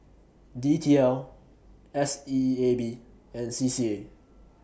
D T L S E A B and C C A